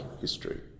history